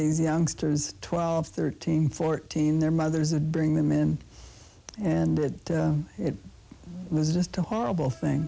these youngsters twelve thirteen fourteen their mothers a bring them in and it was just a horrible thing